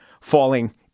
falling